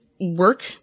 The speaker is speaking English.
work